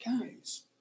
guys